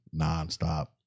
nonstop